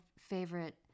favorite